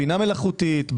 בינה מלאכותית,